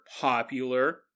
popular